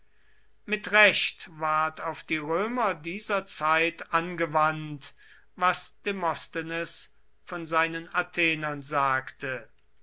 mit recht ward auf die römer dieser zeit angewandt was demosthenes von seinen athenern sagte